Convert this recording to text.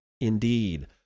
Indeed